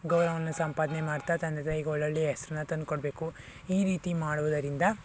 ಗೌರವವನ್ನು ಸಂಪಾದನೆ ಮಾಡ್ತಾ ತಂದೆ ತಾಯಿಗೆ ಒಳ್ಳೊಳ್ಳೆಯ ಹೆಸ್ರನ್ನ ತಂದ್ಕೊಡ್ಬೇಕು ಈ ರೀತಿ ಮಾಡುವುದರಿಂದ